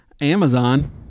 Amazon